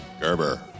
Gerber